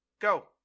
go